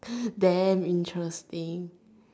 damn interesting